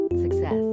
Success